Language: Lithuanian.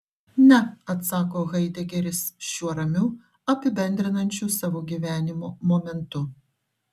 ne atsako haidegeris šiuo ramiu apibendrinančiu savo gyvenimo momentu